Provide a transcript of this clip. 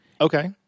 Okay